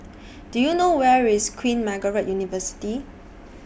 Do YOU know Where IS Queen Margaret University